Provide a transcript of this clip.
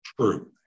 True